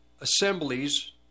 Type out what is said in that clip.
assemblies